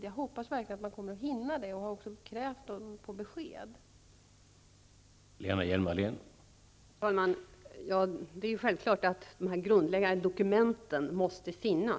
Jag hoppas att man hinner slutföra arbetet till dess, och jag har också krävt besked av skolverket.